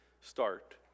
start